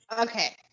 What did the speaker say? Okay